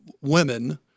women